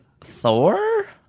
Thor